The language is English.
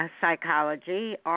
psychology